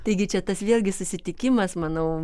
taigi čia tas vėlgi susitikimas manau